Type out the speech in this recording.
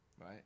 Right